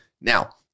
Now